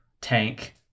tank